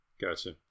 Gotcha